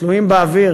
תלויים באוויר